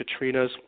Katrinas